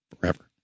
forever